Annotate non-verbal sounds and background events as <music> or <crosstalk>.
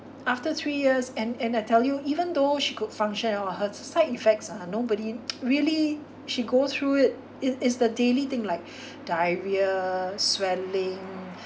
after three years and and I tell you even though she could function and all her side effects ah nobody <noise> really she go through it it is a daily thing like diarrhoea swelling